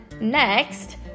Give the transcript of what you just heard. next